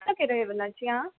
कतऽके रहए वाला छी अहाँ